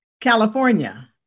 California